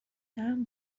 طعم